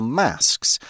masks